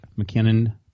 McKinnon